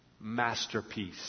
masterpiece